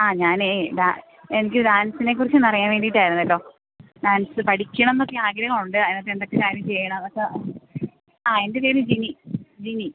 ആ ഞാൻ എനിക്ക് ഡാൻസിനെ കുറിച്ചൊന്ന് അറിയാൻ വേണ്ടിയിട്ടായിരുന്നു കേട്ടോ ഡാൻസ് പഠിക്കണമെന്നൊക്കെ ആഗ്രഹം ഉണ്ട് അതിനകത്ത് എന്തൊക്കെ കാര്യങ്ങൾ ചെയ്യണം അതൊക്കെ ആ എൻ്റെ പേര് ജിനി ജിനി